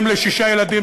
אם לשישה ילדים,